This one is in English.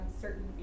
certain